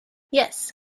yes